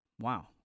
Wow